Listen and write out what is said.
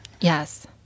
Yes